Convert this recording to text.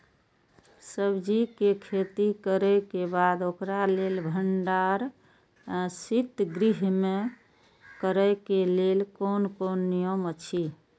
सब्जीके खेती करे के बाद ओकरा लेल भण्डार शित गृह में करे के लेल कोन कोन नियम अछि?